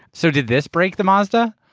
so did this break the mazda?